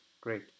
great